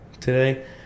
today